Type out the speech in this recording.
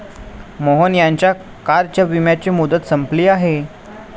मोहन यांच्या कारच्या विम्याची मुदत संपली आहे